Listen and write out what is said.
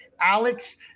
Alex